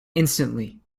instantly